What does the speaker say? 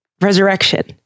resurrection